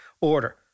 order